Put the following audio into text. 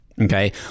Okay